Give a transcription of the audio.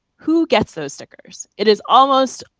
who gets those stickers? it is almost